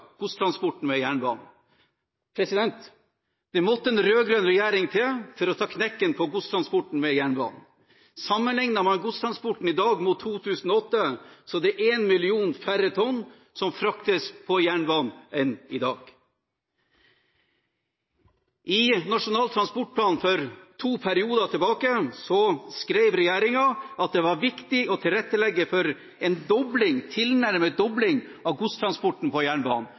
godstransporten på jernbanen. Det måtte en rød-grønn regjering til for å ta knekken på godstransporten på jernbanen. Sammenligner man godstransporten i dag med den i 2008, er det 1 million færre tonn som fraktes på jernbanen i dag. I Nasjonal transportplan for to perioder siden skrev regjeringen at det var viktig å tilrettelegge for en tilnærmet dobling av godstransporten på jernbanen.